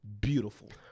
beautiful